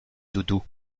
doudou